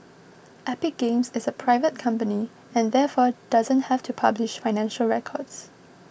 Epic Games is a private company and therefore doesn't have to publish financial records